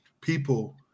people